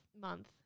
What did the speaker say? Month